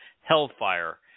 hellfire